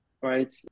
right